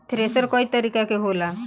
thresher कई तरीका के होला